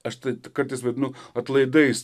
aš tai kartais vadinu atlaidais